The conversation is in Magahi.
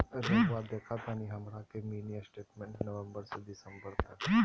रहुआ देखतानी हमरा के मिनी स्टेटमेंट नवंबर से दिसंबर तक?